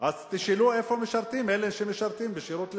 אז תשאלו איפה משרתים אלה שמשרתים בשירות לאומי,